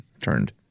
turned